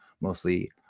mostly